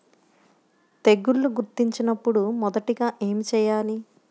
తెగుళ్లు గుర్తించినపుడు మొదటిగా ఏమి చేయాలి?